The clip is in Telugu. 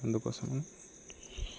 అందుకోసం